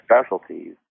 specialties